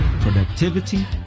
productivity